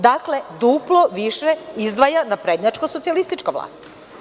Dakle, duplo više izdaja naprednjačko-socijalistička vlast.